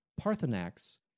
Parthenax